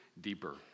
deeper